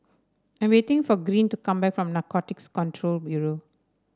I'm waiting for Greene to come back from Narcotics Control Bureau